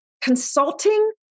consulting